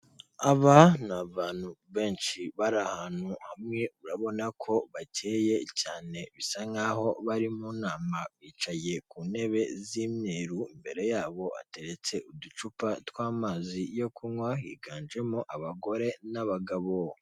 Aba ni abantu benshi bari ahantu hamwe urabona ko bacyeye cyane bisa nkaho bari mu nama bicaye ku ntebe z'imyeru, imbere yabo hateretse uducupa tw'amazi yo kunywa higanjemo abagore n'abagabo.